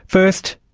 first,